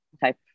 type